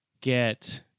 get